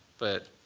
but